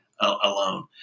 alone